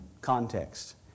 context